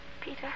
Peter